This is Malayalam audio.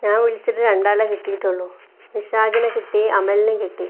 ഞാൻ വിളിച്ചിട്ട് രണ്ടാളെ കിട്ടിയിട്ടുള്ളു വിശാഖിനെ കിട്ടി അമലിനെയും കിട്ടി